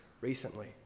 recently